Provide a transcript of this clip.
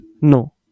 No